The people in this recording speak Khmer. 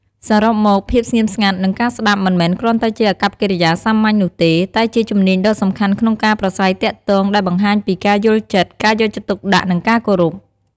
សរុបមក ភាពស្ងៀមស្ងាត់ និងការស្តាប់មិនមែនគ្រាន់តែជាអាកប្បកិរិយាសាមញ្ញនោះទេ តែជាជំនាញដ៏សំខាន់ក្នុងការប្រាស្រ័យទាក់ទង ដែលបង្ហាញពី ការយល់ចិត្ត ការយកចិត្តទុកដាក់ និងការគោរព។